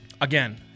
again